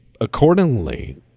accordingly